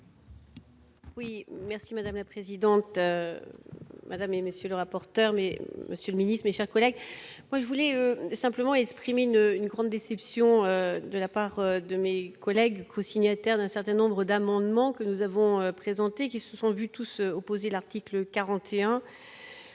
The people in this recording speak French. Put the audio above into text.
Oui merci madame la présidente, madame et monsieur le rapporteur, mais monsieur le ministre, déjà, moi je voulais simplement exprimé une une grande déception de la part de mes collègues, cosignataire d'un certain nombre d'amendements que nous avons présenté qui se sont vus tous s'opposer l'article 41